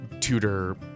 tutor